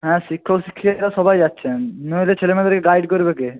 হ্যাঁ শিক্ষক শিক্ষিকারা সবাই যাচ্ছেন নইলে ছেলেমেয়েদেরকে গাইড করবে কে